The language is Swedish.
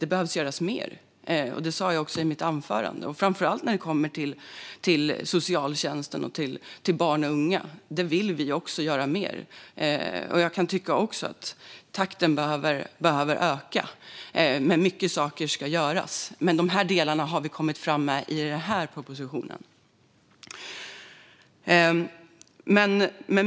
Det behöver göras mer, som jag också sa i mitt anförande, framför allt när det kommer till socialtjänsten och barn och unga. Där vill vi göra mer, och jag kan också tycka att takten behöver öka. Många saker ska göras, men det här är de delar som vi har kommit fram med i denna proposition. Fru talman!